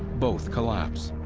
both collapse.